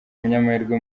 umunyamahirwe